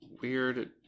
weird